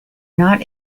not